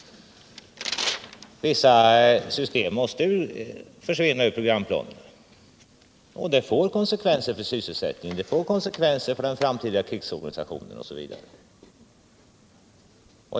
Vissa system måste försvinna ur programplanen, och det får konsekvenser för sysselsättningen, för den framtida krigsorganisationen osv.